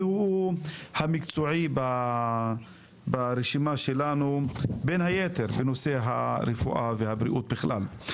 הוא המקצועי ברשימה שלנו בין היתר בנושא הרפואה והבריאות בכלל.